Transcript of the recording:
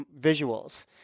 visuals